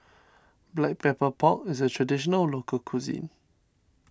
Black Pepper Pork is a Traditional Local Cuisine